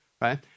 right